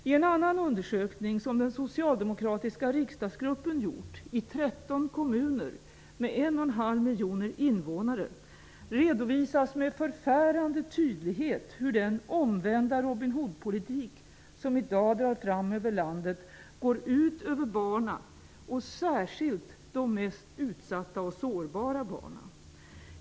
I en annan undersökning, som den socialdemokratiska riksdagsgruppen gjort i 13 kommuner med 1,5 miljoner invånare, redovisas med förfärande tydlighet hur den omvända Robin Hood-politik, som i dag drar fram över landet, går ut över barnen -- och särskilt de mest utsatta och sårbara barnen.